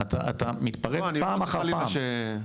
אתה מתפרץ פעם אחר פעם.